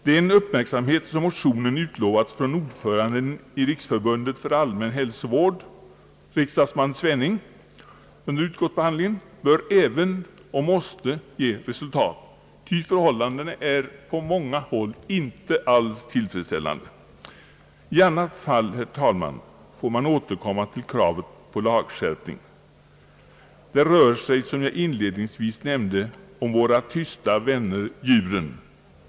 Den uppmärksamhet som motionen under utskottsbehandlingen utlovats från ordföranden i Riksförbundet för allmän hälsovård, riksdagsman Svenning, bör även och måste ge resultat, ty förhållandena är på många håll inte alls tillfredsställande. I annat fall, herr talman, får man återkomma till kravet på lagskärpning. Det rör sig som jag inledningsvis nämnde om våra tysta vänner djuren.